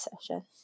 session